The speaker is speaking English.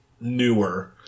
newer